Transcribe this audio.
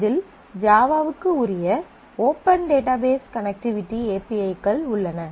இதில் ஜாவாவுக்கு உரிய ஓபன் டேட்டாபேஸ் கனெக்டிவிட்டி API கள் உள்ளன